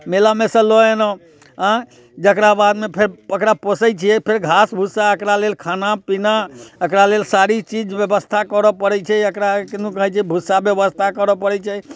मेलामे सँ लऽ अयलहुँ आँय जकरा बादमे फेर ओकरा पोसै छियै फेर घास भुस्सा एकरा लेल खाना पीना एकरा लेल सारी चीज व्यवस्था करय पड़ै छै एकरा किदन कहै छै भुस्सा व्यवस्था करय पड़ै छै